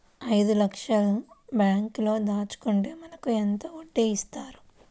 ఐదు లక్షల బ్యాంక్లో దాచుకుంటే మనకు ఎంత వడ్డీ ఇస్తారు?